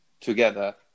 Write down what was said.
together